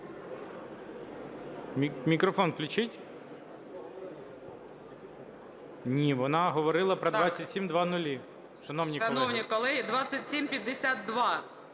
Мікрофон включіть. Ні, вона говорила про 2700, шановні колеги.